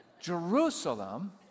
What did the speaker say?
Jerusalem